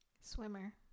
Swimmer